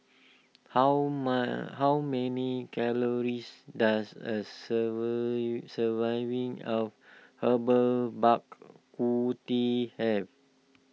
how man how many calories does a server surviving of Herbal Bak Ku Teh have